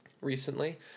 recently